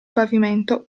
pavimento